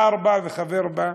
שר וחבר בה,